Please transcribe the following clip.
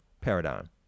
paradigm